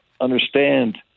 understand